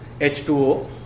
H2O